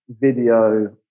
video